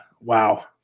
wow